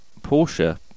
Porsche